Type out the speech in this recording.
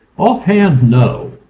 offhand, no.